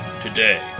today